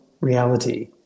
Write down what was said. reality